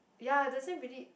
ya it doesn't really